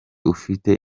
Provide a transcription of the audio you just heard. ufite